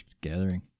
Gathering